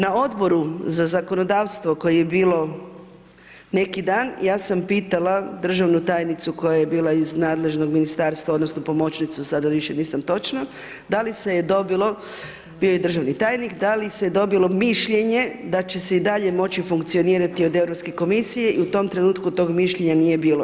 Na Odboru za zakonodavstvo koje je bilo neki dan, ja sam pitala državnu tajnicu koja je bila iz nadležnog Ministarstva odnosno pomoćnicu, sada više nisam točno, da li se je dobilo, bio je i državni tajnik, da li se dobilo mišljenje da će se i dalje moći funkcionirati od Europske komisije i u tom trenutku toga mišljenja nije bilo.